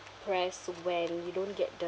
press when you don't get